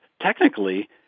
technically